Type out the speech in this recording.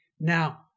Now